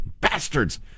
Bastards